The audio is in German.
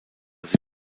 sie